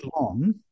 long